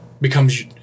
becomes